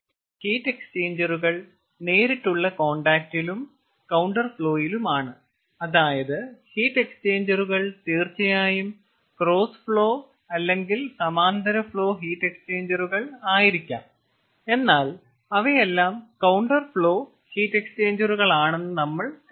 heat എക്സ്ചേഞ്ചറുകൾ നേരിട്ടുള്ള കോൺടാക്റ്റിലും കൌണ്ടർ ഫ്ലോയിലുമാണ് അതായത് ഹീറ്റ് എക്സ്ചേഞ്ചറുകൾ തീർച്ചയായും ക്രോസ് ഫ്ലോ അല്ലെങ്കിൽ സമാന്തര ഫ്ലോ ഹീറ്റ് എക്സ്ചേഞ്ചറുകൾ ആയിരിക്കാം എന്നാൽ അവയെല്ലാം കൌണ്ടർ ഫ്ലോ ഹീറ്റ് എക്സ്ചേഞ്ചറുകൾ ആണെന്ന് നമ്മൾ കരുതുന്നു